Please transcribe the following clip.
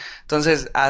Entonces